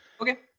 Okay